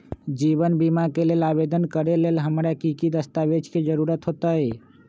जीवन बीमा के लेल आवेदन करे लेल हमरा की की दस्तावेज के जरूरत होतई?